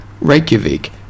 Reykjavik